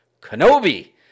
Kenobi